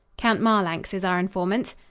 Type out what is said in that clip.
count marlanx is our informant.